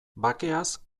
bakeaz